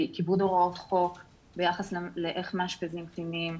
בכיבוד הוראות חוק ביחס לאיך מאשפזים קטינים,